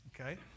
okay